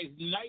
Night